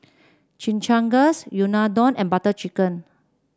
Chimichangas Unadon and Butter Chicken